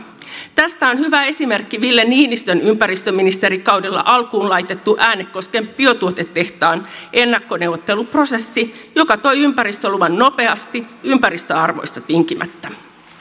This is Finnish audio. tästä on hyvä esimerkki ville niinistön ympäristöministerikaudella alkuun laitettu äänekosken biotuotetehtaan ennakkoneuvotteluprosessi joka toi ympäristöluvan nopeasti ympäristöarvoista tinkimättä